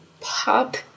pop